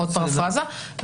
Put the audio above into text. עוד פרפראזה.